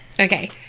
Okay